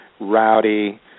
rowdy